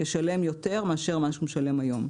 ישלם יותר ממה שהוא משלם היום.